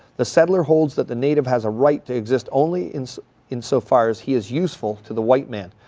the settler holds that the native has a right to exist only in so in so far as he is useful to the white man.